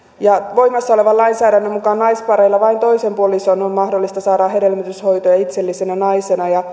voimassa olevan lainsäädännön mukaan naispareilla vain toisen puolison on mahdollista saada hedelmöityshoitoja itsellisenä naisena